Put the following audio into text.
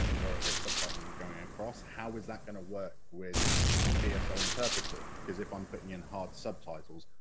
or if there's subtitling going across, how is that going to work with the bsl ah so interpreter, because if i'm putting in hard subtitles,